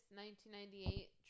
1998